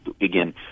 again